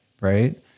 Right